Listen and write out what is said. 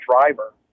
driver